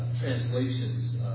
translations